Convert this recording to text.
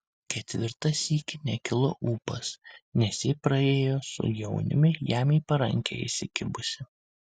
ketvirtą sykį nekilo ūpas nes ji praėjo su jauniumi jam į parankę įsikibusi